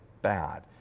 Bad